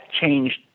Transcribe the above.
changed